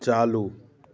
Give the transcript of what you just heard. चालू